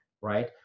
right